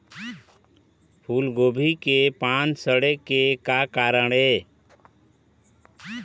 फूलगोभी के पान सड़े के का कारण ये?